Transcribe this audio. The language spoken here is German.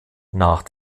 nach